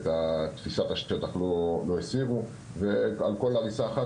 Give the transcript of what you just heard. את תפיסת התשתיות לא הסירו ועל כל הריסה אחת